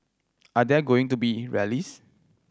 are there going to be rallies